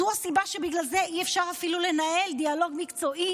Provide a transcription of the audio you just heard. זו הסיבה שבגלל זה אי-אפשר אפילו לנהל דיאלוג מקצועי